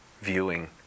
viewing